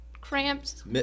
cramps